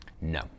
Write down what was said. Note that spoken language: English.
no